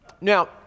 Now